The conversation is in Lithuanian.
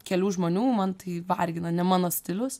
kelių žmonių man tai vargina ne mano stilius